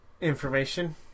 information